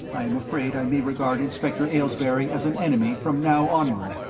i am afraid i may regard inspector aylesbury as an enemy from now onward,